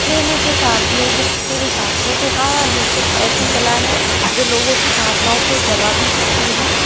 प्रेमी के साथ में जिसके भी साथ में तो हाँ नृत्य एक ऐसी कला है जो लोगों की भावनाओ को जगा भी सकती है